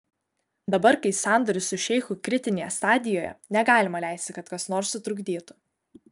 dabar kai sandoris su šeichu kritinėje stadijoje negalima leisti kad kas nors sutrukdytų